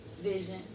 vision